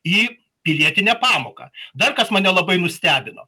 į pilietinę pamoką dar kas mane labai nustebino